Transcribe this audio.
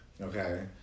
Okay